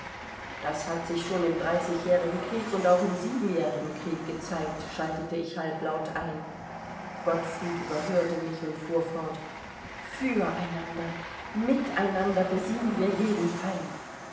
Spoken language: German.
das hat sich schon im dreißigjährigen krieg und auch im siebenjährigen krieg gezeigt schaltete ich halblaut ein gottfried überhörte mich und fuhr fort füreinander miteinander besiegen wir jeden feind